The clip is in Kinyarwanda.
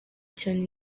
cyane